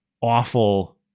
awful